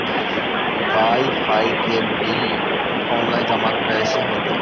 Wifi के bill online जमा कैसे होतै?